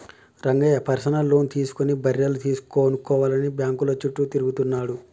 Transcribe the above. Rangayya personal loan తీసుకుని బర్రెలు కొనుక్కోవాలని బ్యాంకుల చుట్టూ తిరుగుతున్నాడు